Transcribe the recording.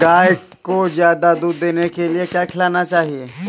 गाय को ज्यादा दूध देने के लिए क्या खिलाना चाहिए?